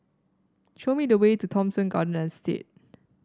show me the way to Thomson Garden Estate